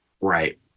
Right